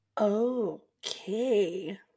Okay